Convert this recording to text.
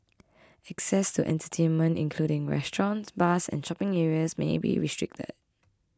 access to entertainment including restaurants bars and shopping areas may be restricted